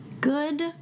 Good